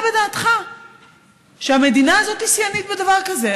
בדעתך שהמדינה הזאת היא שיאנית בדבר כזה,